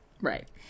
Right